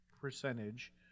percentage